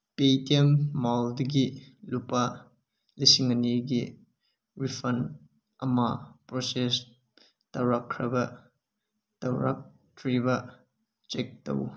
Paytm ꯃꯣꯜꯗꯒꯤ ꯂꯨꯄꯥ ꯂꯤꯁꯤꯡ ꯑꯅꯤꯒꯤ ꯔꯤꯐꯟ ꯑꯃ ꯄ꯭ꯔꯣꯁꯦꯁ ꯇꯧꯔꯛꯈ꯭ꯔꯕ꯭ꯔ ꯇꯧꯔꯛꯇ꯭ꯔꯤꯕ꯭ꯔ ꯆꯦꯛ ꯇꯧ